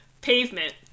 pavement